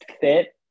fit